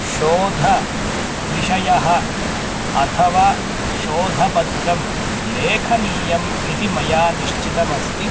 शोधविषयः अथवा शोधपत्रं लेखनीयम् इति मया निश्चितमस्ति